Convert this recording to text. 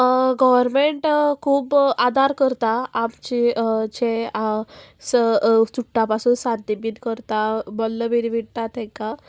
government खूब आदार करता आमचे जे चुट्टा पासून सान्नी बीन करता मल्लां बीन विणटात तांकां